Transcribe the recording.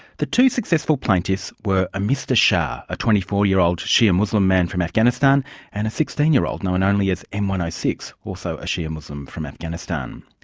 the two successful plaintiffs were a mr shah, a twenty four year old shia muslim man from afghanistan and a sixteen year old known only as m one zero six, also a shia muslim from afghanistan.